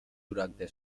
durante